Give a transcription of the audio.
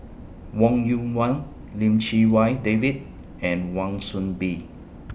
Wong Yoon Wah Lim Chee Wai David and Wan Soon Bee